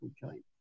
joint